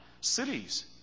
cities